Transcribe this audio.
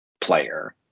player